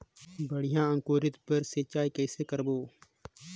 बढ़िया अंकुरण बर सिंचाई कइसे करबो?